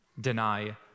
Deny